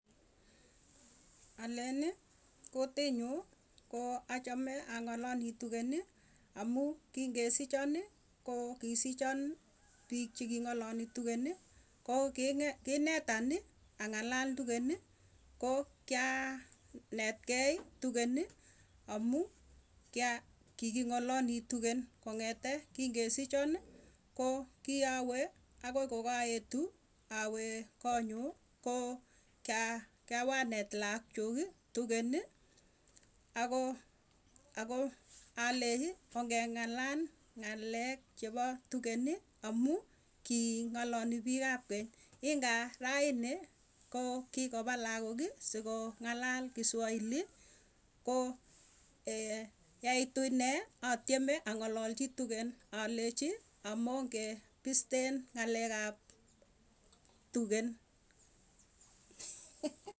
Alenii kutiinyu koo achamee ang'alalii tugen amuu kingesichonii koo kisichon pigg cheking'ololi tugenii koo kinetan ii ang'alal tugenii koo kiaanetkei tugen amuu kiging'alali tugen kong'etee kingesichonii koo kiawee agoi koo kaetuu awee koonyuu, koo kiawanet lakchuu tugenii agoo agoo alechii ongeng'alal ng'alek chepoo tugenii amuu king'alali pigg ap keny' ingaa rainii koo kikapaa lagog sikoo nga'alal kiswahilii koo yeituu inee atweme ang'ololchii tugen alenchii amongee pisten ng'alek ap tugen.